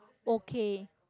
okay